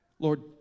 Lord